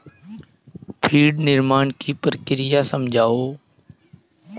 feed निर्माण की प्रक्रिया समझाओ